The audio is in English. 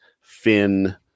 Finn